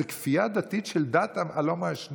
כי זאת כפייה דתית של דת הלא-מעשנים.